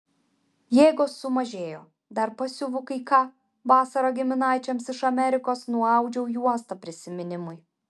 jėgos sumažėjo dar pasiuvu kai ką vasarą giminaičiams iš amerikos nuaudžiau juostą prisiminimui